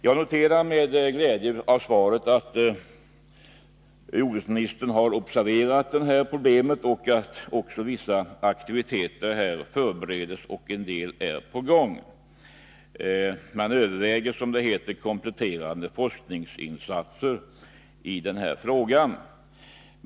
Jag noterar med glädje att jordbruksministern har observerat det här problemet, att vissa aktiviteter förbereds och att en del är på gång. Man överväger, som det heter, ”kompletterande forskningsinsatser och undersökningar”.